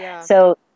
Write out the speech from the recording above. So-